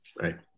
right